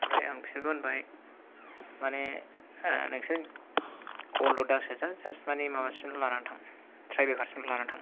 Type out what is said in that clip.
ओमफ्राय आं बिसोरखौ होनबाय माने नोंसोर गल ल' दासोजा जास्ट माने माबासिमल' लानानै थां टाइ ब्रेकार सिमल' लानानै थां